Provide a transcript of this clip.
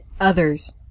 others